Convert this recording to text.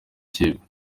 kipe